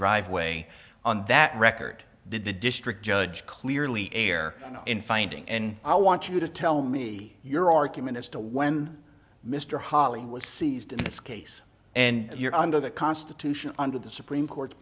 driveway on that record did the district judge clearly err in finding and i want you to tell me your argument as to when mr holly was seized in this case and you're under the constitution under the supreme court